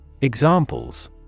Examples